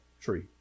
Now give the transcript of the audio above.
tree